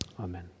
Amen